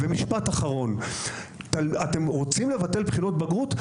משפט אחרון: אתם רוצים לבטל בחינות בגרות?